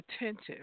attentive